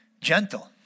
Gentle